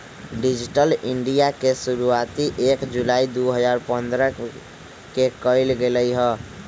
digital India के शुरुआती एक जुलाई दु हजार पन्द्रह के कइल गैले हलय